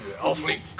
Awfully